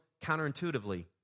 counterintuitively